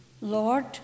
Lord